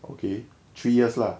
okay three years lah